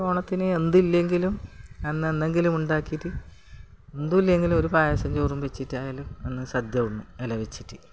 ഓണത്തിന് എന്തില്ലെങ്കിലും അന്നെന്തെങ്കിലും ഉണ്ടാക്കിയിട്ട് എന്തില്ലെങ്കിലും ഒരു പായസം ചോറും വെച്ചിട്ടായാലും അന്ന് സദ്യ ഉണ്ണും ഇല വെച്ചിട്ട്